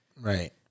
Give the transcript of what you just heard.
Right